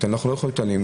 אנחנו לא יכולים להתעלם,